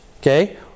Okay